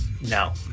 No